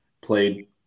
played